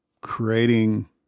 creating